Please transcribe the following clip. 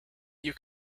you